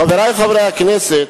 חברי חברי הכנסת,